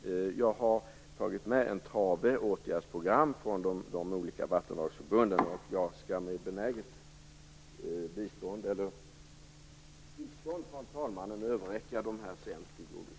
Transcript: Jag har tagit med en trave åtgärdsprogram från de olika vattendragsförbunden, och jag skall, med benäget tillstånd från talmannen, senare överräcka dem till jordbruksministern.